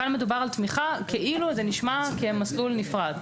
כאן מדובר על תמיכה כאילו זה נשמע כמסלול נפרד.